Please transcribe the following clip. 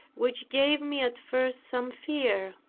which gave me at first some fear.